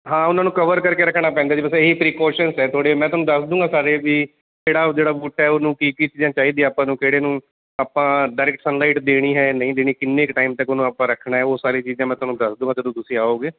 ਹਾਂ ਉਹਨਾਂ ਨੂੰ ਕਵਰ ਕਰਕੇ ਰੱਖਣਾ ਪੈਂਦਾ ਜੀ ਬਸ ਇਹ ਹੀ ਪ੍ਰੀਕੁਸ਼ਚਨ ਹੈ ਥੋੜ੍ਹੇ ਮੈਂ ਤੁਹਾਨੂੰ ਦੱਸ ਦੂੰਗਾ ਸਾਰੇ ਵੀ ਕਿਹੜਾ ਜਿਹੜਾ ਬੂਟਾ ਉਹਨੂੰ ਕੀ ਕੀ ਚੀਜ਼ਾਂ ਚਾਹੀਦੀ ਆਪਾਂ ਨੂੰ ਕਿਹੜੇ ਨੂੰ ਆਪਾਂ ਡਾਇਰੈਕਟ ਸਨਲਾਈਟ ਦੇਣੀ ਹੈ ਨਹੀਂ ਦੇਣੀ ਕਿੰਨੇ ਕੁ ਟਾਈਮ ਤੱਕ ਉਹਨੂੰ ਆਪਾਂ ਰੱਖਣਾ ਉਹ ਸਾਰੇ ਚੀਜ਼ਾਂ ਮੈਂ ਤੁਹਾਨੂੰ ਦੱਸ ਦੂੰਗਾ ਜਦੋਂ ਤੁਸੀਂ ਆਓਗੇ